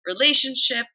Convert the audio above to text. relationship